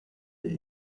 est